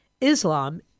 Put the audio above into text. Islam